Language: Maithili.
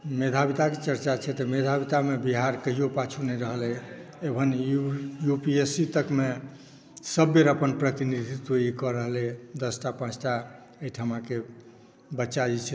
मेधाविताकेँ चर्चा छै तऽ मेधावितामे बिहार कहियो पाछु नहि रहलय even U P S C तक मे सभ बेर अपन प्रतिनिधित्व ई कऽ रहलै यऽ दसटा पाँचटा एहिठामकेँ बच्चा जे छै से ओहिमे